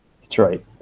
Detroit